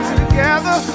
together